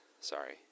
Sorry